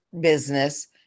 business